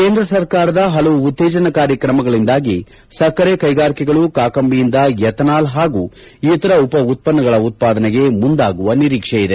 ಕೇಂದ್ರ ಸರ್ಕಾರದ ಹಲವು ಉತ್ತೇಜನಕಾರಿ ಕ್ರಮಗಳಿಂದಾಗಿ ಸಕ್ಕರೆ ಕೈಗಾರಿಕೆಗಳು ಕಾಕಂಬಿಯಿಂದ ಎಥನಾಲ್ ಹಾಗೂ ಇತರ ಉಪ ಉತ್ಪನ್ನಗಳ ಉತ್ಪಾದನೆಗೆ ಮುಂದಾಗುವ ನಿರೀಕ್ಷೆ ಇದೆ